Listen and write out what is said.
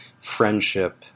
friendship